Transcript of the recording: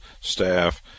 staff